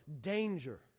danger